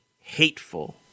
hateful